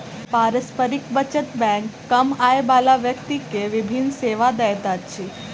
पारस्परिक बचत बैंक कम आय बला व्यक्ति के विभिन सेवा दैत अछि